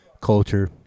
culture